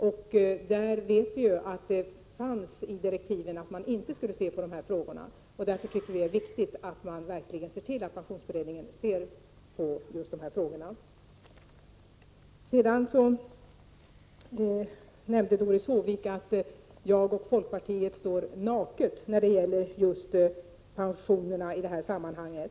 Detta ingick inte från början i beredningens direktiv, men det är alltså viktigt att frågorna ses över. Doris Håvik sade att folkpartiet står naket när det gäller just pensionerna i detta sammanhang.